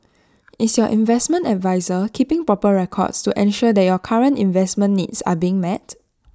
is your investment adviser keeping proper records to ensure that your current investment needs are being met